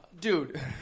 Dude